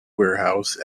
warehouse